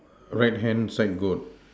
right hand side goat